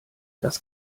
das